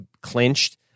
clinched